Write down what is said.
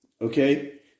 Okay